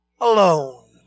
alone